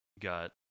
Got